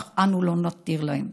אך אנו לא נותנים להם.